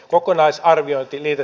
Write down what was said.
arvoisa puhemies